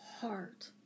heart